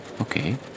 Okay